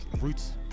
roots